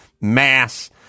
mass